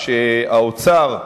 כשהאוצר,